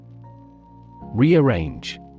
Rearrange